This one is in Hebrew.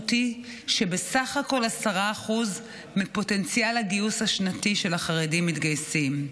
המשמעות היא בסך הכול 10% מפוטנציאל הגיוס השנתי של החרדים מתגייסים.